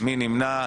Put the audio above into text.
מי נמנע?